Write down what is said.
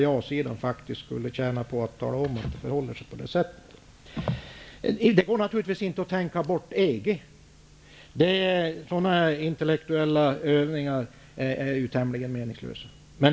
Jasidan skulle nog tjäna på att tala om att det förhåller sig på det sättet. Det går naturligtivs inte att tänka bort EG. Sådana intellektuella övningar är tämligen meningslösa.